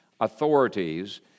authorities